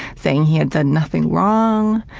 saying he had done nothing wrong.